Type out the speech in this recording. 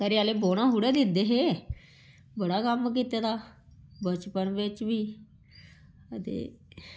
घरै आह्ले बौह्ना थोह्ड़ा दिंदे हे बड़ा कम्म कीते दा बचपन बिच्च बी अते